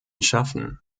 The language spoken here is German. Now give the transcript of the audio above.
schaffen